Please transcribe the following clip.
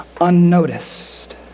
unnoticed